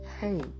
hey